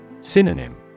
Synonym